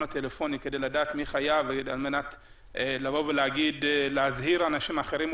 הטלפוני כדי לדעת מי חייב על מנת להזהיר אנשים אחרים,